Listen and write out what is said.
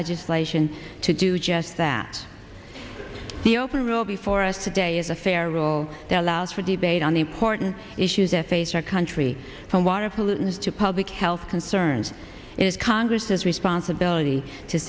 legislation to do just that the open rule before us today is a fair roll that allows for debate on the important issues effaced our country from water pollutants to public health concerns is congress's responsibility to